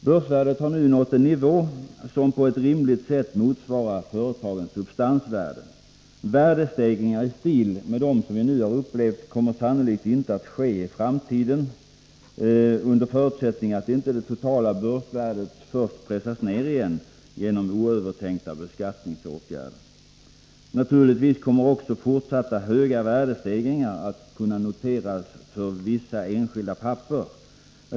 Börsvärdet har nu nått en nivå som på ett rimligt sätt motsvarar företagens substansvärde. Värdestegringar i stil med dem vi nu upplevt kommer sannolikt inte att ske i framtiden under förutsättning att inte det totala börsvärdet först pressas ned igen genom oövertänkta beskattningsåtgärder. Naturligtvis kommer också fortsatta höga värdestegringar att kunna noteras för enskilda papper.